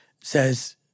says